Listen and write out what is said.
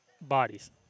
bodies